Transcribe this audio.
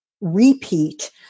repeat